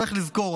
צריך לזכור,